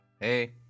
Hey